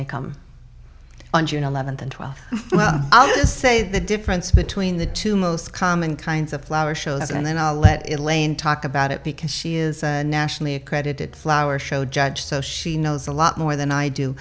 they come on june eleventh and twelfth i'll just say the difference between the two most common kinds of flower shows and then i'll let elaine talk about it because she is a nationally accredited flower show judge so she knows a lot more than i do